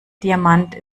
diamant